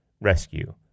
rescue